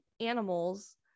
animals